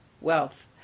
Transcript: wealth